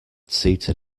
seated